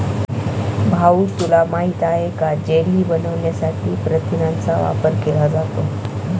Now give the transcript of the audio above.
भाऊ तुला माहित आहे का जेली बनवण्यासाठी प्रथिनांचा वापर केला जातो